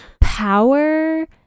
power